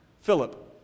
Philip